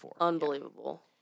unbelievable